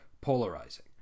polarizing